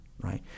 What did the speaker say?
right